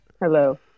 Hello